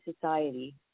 society